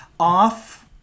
off